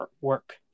work